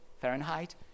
Fahrenheit